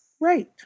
right